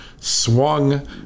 swung